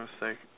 mistake